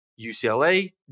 UCLA